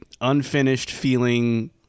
unfinished-feeling